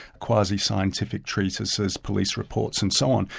quasi-scientific treatises, police reports and so on,